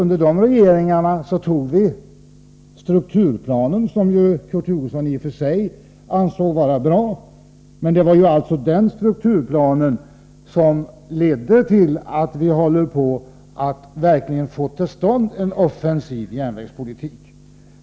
Under de regeringarna antog vi strukturplanen, som Kurt Hugosson ju i och för sig ansåg vara bra. Det är strukturplanen som lett till att vi håller på att verkligen få till stånd en offensiv järnvägspolitik.